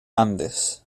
andes